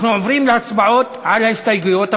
אנחנו עוברים להצבעות על ההסתייגויות,